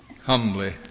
humbly